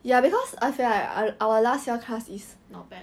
not bad